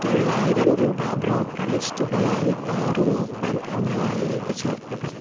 തൊള്ളായിരം രൂപ ബ്രോക്കറേജ് തുകയായി പാറു മൂപ്പൻ എന്നയാളിലേക്ക് ചേർക്കുക